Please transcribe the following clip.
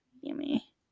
Yummy